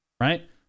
right